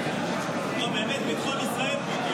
לא, באמת, ביטחון ישראל פה.